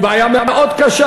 היא בעיה מאוד קשה.